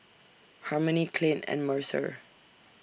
Harmony Clint and Mercer